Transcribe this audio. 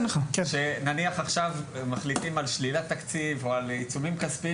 נניח עכשיו מחליטים על שלילת תקציב או על עיצומים כספיים